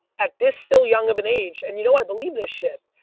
at this still young of an age, and you know i believe this shit,